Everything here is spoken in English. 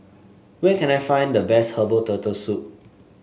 where can I find the best Herbal Turtle Soup